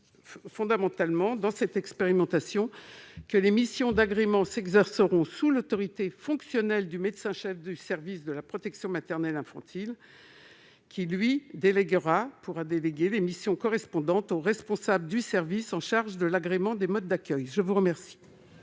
dans l'exercice de ses missions, que les missions d'agrément s'exerceront sous l'autorité fonctionnelle du médecin-chef de service de la protection maternelle infantile qui pourra déléguer les missions correspondantes au responsable du service en charge de l'agrément des modes d'accueil. Quel